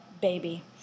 baby